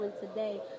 today